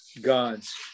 God's